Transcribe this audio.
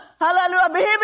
Hallelujah